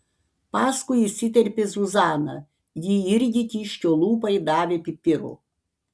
paskui įsiterpė zuzana ji irgi kiškio lūpai davė pipirų